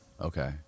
Okay